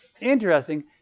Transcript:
interesting